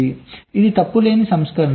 కాబట్టి ఇది తప్పు లేని సంస్కరణ